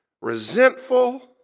resentful